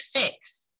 fix